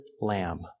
lamb